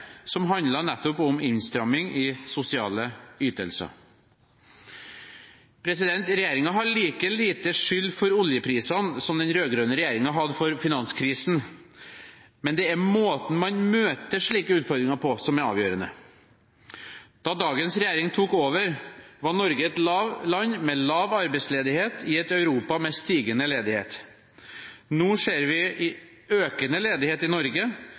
som handlet nettopp om innstramming i sosiale ytelser. Regjeringen har like lite skylden for oljeprisene som den rød-grønne regjeringen hadde for finanskrisen. Det er måten man møter slike utfordringer på, som er avgjørende. Da dagens regjering tok over, var Norge et land med lav arbeidsledighet i et Europa med stigende ledighet. Nå ser vi økende ledighet i Norge,